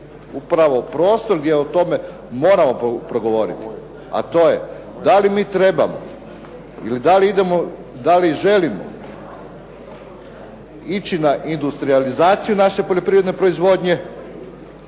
upravo prostor gdje o tome moramo progovoriti, a to je da li mi trebamo ili da li idemo, da li želimo ići na industrijalizaciju naše poljoprivrede ili